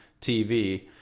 TV